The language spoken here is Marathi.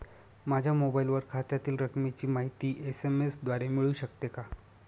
माझ्या मोबाईलवर खात्यातील रकमेची माहिती एस.एम.एस द्वारे मिळू शकते का?